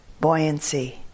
buoyancy